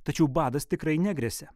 tačiau badas tikrai negresia